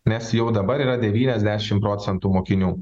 nes jau dabar yra devyniasdešimt procentų mokinių